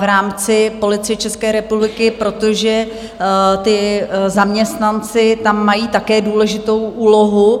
v rámci Policie České republiky, protože ti zaměstnanci tam mají také důležitou úlohu.